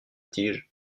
tige